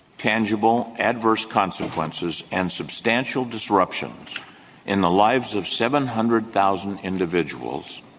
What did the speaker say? tangible, adverse consequences and substantial disruptions in the lives of seven hundred thousand individuals,